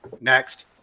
Next